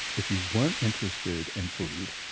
if you weren't interested in food,